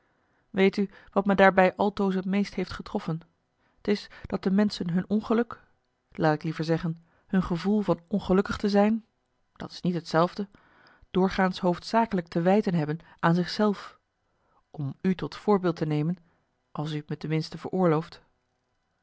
weet u wat me daarbij altoos t meest heeft getroffen t is dat de menschen hun ongeluk laat ik liever zeggen hun gevoel van ongelukkig te zijn dat is niet hetzelfde doorgaans hoofdzakelijk te wijten hebben aan zich zelf om u tot voorbeeld te nemen als u t me ten minste veroorlooft